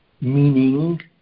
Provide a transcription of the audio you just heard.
meaning